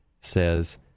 says